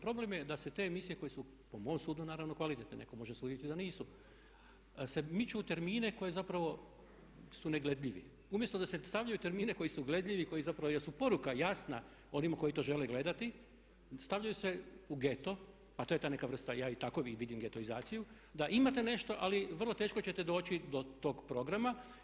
Problem je da se te emisije koje su po mom sudu naravno kvalitetne, netko može suditi da nisu se miću u termine koji zapravo su negledljivi, umjesto da se stavljaju u termine koji su gledljivi, koji zapravo jer su poruka jasna onima koji to žele gledati, stavljaju se u geto, a to je ta neka vrsta, ja ju tako vidim, getoizaciju da imate nešto ali vrlo teško ćete doći do tog programa.